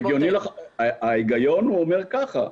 ההיגיון אומר ככה.